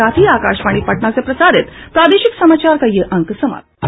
इसके साथ ही आकाशवाणी पटना से प्रसारित प्रादेशिक समाचार का ये अंक समाप्त हुआ